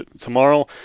Tomorrow